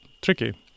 tricky